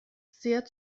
sehr